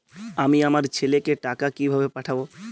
আমি আমার ছেলেকে টাকা কিভাবে পাঠাব?